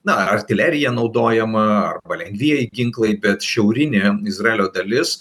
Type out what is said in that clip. na artilerija naudojama lengvieji ginklai bet šiaurinė izraelio dalis